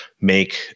make